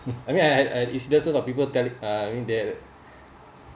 I mean I I I is there's a lot of people telling uh I mean they're